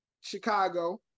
Chicago